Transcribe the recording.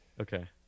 Okay